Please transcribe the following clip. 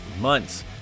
months